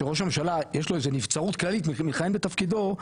שראש הממשלה יש לו איזה נבצרות כללית מכהן בתפקידו,